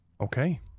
Okay